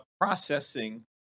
processing